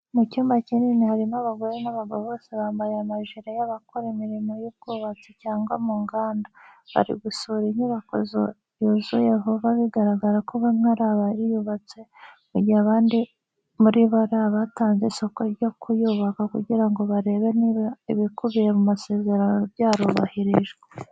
Mu cyumba kinini harimo abagore n'abagabo bose bambaye amajire y'abakora imirimo y'ubwubatsi cyangwa mu nganda. Bari gusura inyubako yuzuye vuba bigaragara ko bamwe ari abayubatse mu gihe abandi muri bo ari abatanze isoko ryo kuyubaka kugira ngo barebe niba ibikubiye mu masezerano byarubahirijwe.